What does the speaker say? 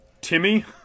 Timmy